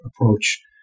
approach